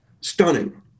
stunning